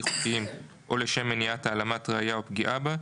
חוקיים או לשם מניעת העלמת ראיה או פגיעה בה,